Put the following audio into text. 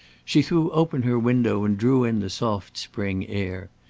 she threw open her window, and drew in the soft spring air.